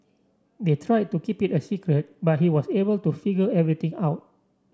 they tried to keep it a secret but he was able to figure everything out